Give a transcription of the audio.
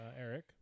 Eric